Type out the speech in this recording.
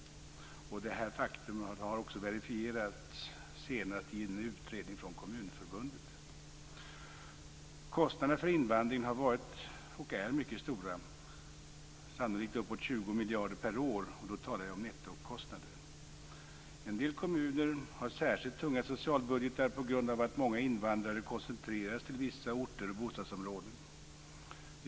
Detta faktum har också verifierats senast i en utredning från Kommunförbundet. Kostnaderna för invandringen har varit och är mycket stora, sannolikt uppåt 20 miljarder per år, och då talar jag om nettokostnader. En del kommuner har särskilt tunga socialbudgetar på grund av att många invandrare koncentreras till vissa orter och bostadsområden.